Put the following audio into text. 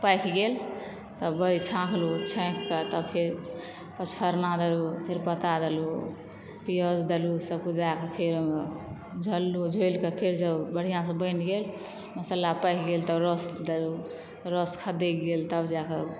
पाइक गेल तब बड़ी छाँकलहुॅं छाँइकके तब फेर पँचफ़ोरना देलहुॅं तेज पत्ता देलहुॅं पियौज देलहुॅं सब किछु दैके फेर ऊझलहुॅं ऊझैल के फेर जब बढ़िऑं सॅं बनि गेल मसल्ला पाकि गेल तब रस देलहुॅं रस खदैक गेल तब जाके